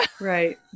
Right